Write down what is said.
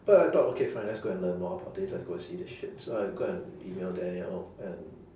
but I thought okay fine let's go and learn more about this let's go see this shit so I go and email daniel and